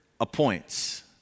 appoints